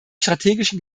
strategischen